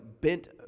bent